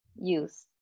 use